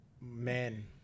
men